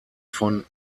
von